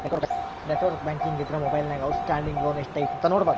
network banking ಇದ್ರ ಮೊಬೈಲ್ನ್ಯಾಗ outstanding loan ಎಷ್ಟ್ ಐತಿ ನೋಡಬೋದು